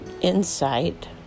insight